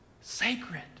sacred